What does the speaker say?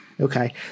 Okay